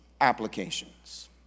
applications